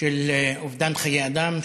של אובדן חיי אדם.